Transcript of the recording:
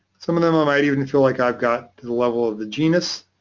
some of them might even feel like i've got to the level of the genus.